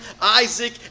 Isaac